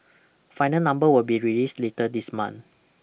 final numbers will be released later this month